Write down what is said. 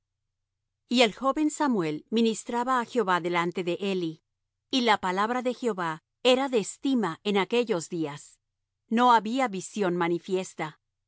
y el joven samuel ministraba á jehová delante de eli y la palabra de jehová era de estima en aquellos días no había visión manifiesta